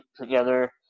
together